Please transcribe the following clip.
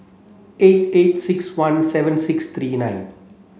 eight eight six one seven six three nine